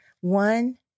One